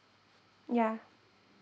yeah